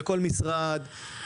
לכל משרד,